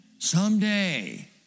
Someday